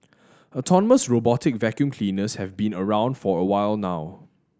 autonomous robotic vacuum cleaners have been around for a while now